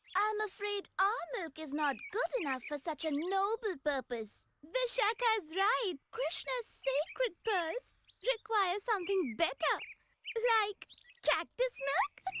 i'm afraid our milk is not good enough for such a noble purpose. vishaka is right. krishna's sacred pearls require something better like cactus milk.